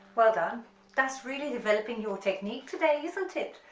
but that's really developing your technique today isn't it,